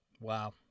Wow